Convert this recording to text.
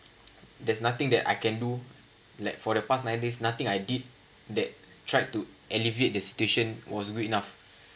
there's nothing that I can do like for the past nine days nothing I did that tried to alleviate the situation was good enough